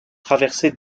traversée